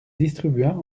distribua